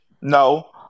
No